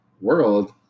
world